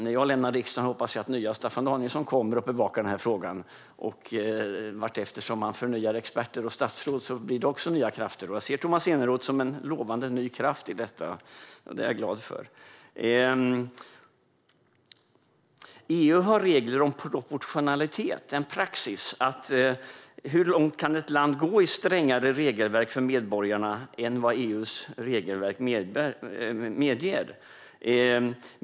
När jag lämnar riksdagen hoppas jag att nya Staffan Danielsson kommer in i riksdagen och bevakar frågan. Vartefter experter och statsråd förnyas blir det också nya krafter. Jag ser Tomas Eneroth som en lovande ny kraft, och det är jag glad för. EU har regler om proportionalitet, en praxis, som rör hur långt ett land kan gå i strängare regelverk för medborgarna än vad EU:s regelverk medger.